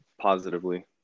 positively